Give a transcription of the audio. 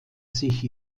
sich